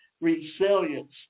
resilience